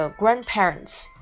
grandparents